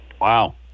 Wow